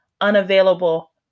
unavailable